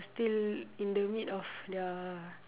still in the mid of the